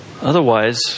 Otherwise